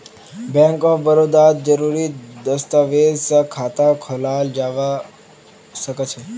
bank of बड़ौदात जरुरी दस्तावेज स खाता खोलाल जबा सखछेक